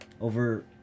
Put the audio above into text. over